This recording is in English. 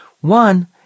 One